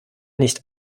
nicht